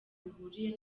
bihuriye